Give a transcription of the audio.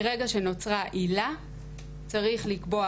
מרגע שנוצרה עילה צריך לקבוע,